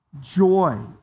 joy